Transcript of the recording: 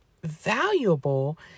valuable